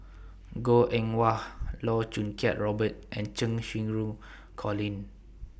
Goh Eng Wah Loh Choo Kiat Robert and Cheng Xinru Colin